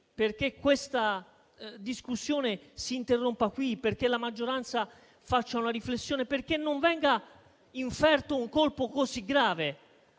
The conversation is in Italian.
perché questa discussione si interrompa qui, perché la maggioranza faccia una riflessione e perché non venga inferto un colpo così grave